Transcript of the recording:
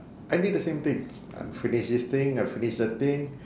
I did the same thing I finish this thing I finish that thing